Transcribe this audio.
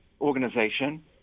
organization